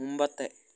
മുമ്പത്തെ